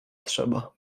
trzeba